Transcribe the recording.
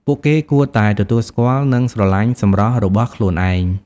ពួកគេគួរតែទទួលស្គាល់និងស្រឡាញ់សម្រស់របស់ខ្លួនឯង។